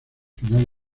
final